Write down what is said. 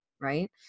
right